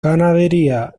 ganadería